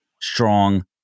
strong